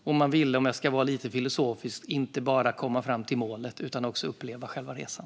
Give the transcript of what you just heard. Och man ville, om jag ska vara lite filosofisk, inte bara komma fram till målet utan också uppleva själva resan.